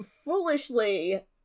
foolishly